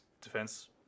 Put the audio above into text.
defense